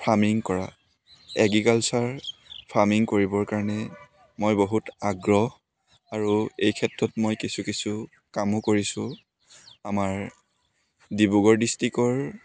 farming কৰা agriculture farming কৰিবৰ কাৰণে মই বহুত আগ্ৰহ আৰু এই ক্ষেত্ৰত মই কিছু কিছু কামো কৰিছোঁ আমাৰ ডিব্ৰুগড় ডিষ্ট্ৰিক্টৰ